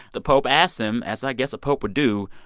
the pope asked them, as i guess a pope would do,